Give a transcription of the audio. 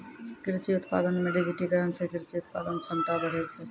कृषि उत्पादन मे डिजिटिकरण से कृषि उत्पादन क्षमता बढ़ै छै